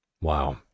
Wow